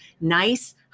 nice